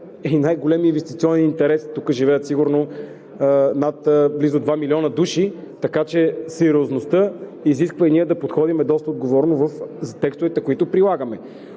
и най-големият инвестиционен интерес. Тук живеят сигурно над два милиона души, така че сериозността изисква и ние да подходим доста отговорно за текстовете, които прилагаме.